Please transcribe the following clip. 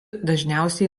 dažniausiai